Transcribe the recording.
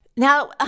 Now